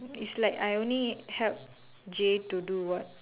it's like I only help J to do what